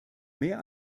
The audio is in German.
mehr